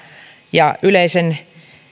ja yleisen